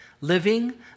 living